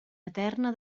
eterna